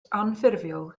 anffurfiol